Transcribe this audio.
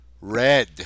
red